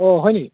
অঁ হয়নি